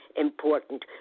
important